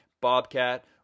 bobcat